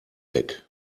weg